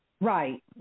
Right